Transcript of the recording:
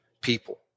people